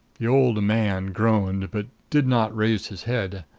the old man groaned, but did not raise his head.